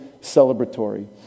celebratory